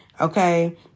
okay